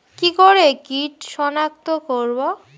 কি করে কিট শনাক্ত করব?